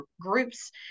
groups